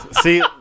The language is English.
See